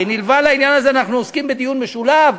הרי מלבד העניין הזה, אנחנו עוסקים בדיון משולב,